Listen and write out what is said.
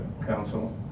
council